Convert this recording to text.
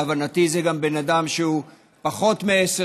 להבנתי זה גם בן אדם שהוא פחות מעשר